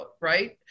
right